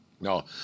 No